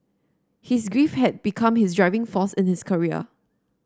his grief had become his driving force in his career